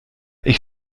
ich